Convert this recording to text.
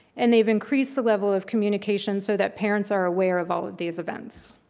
and they've increased the level of communication so that parents are aware of all of these events.